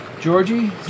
Georgie